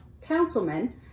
councilmen